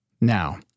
Now